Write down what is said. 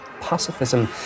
pacifism